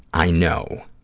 i know.